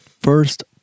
First